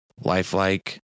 lifelike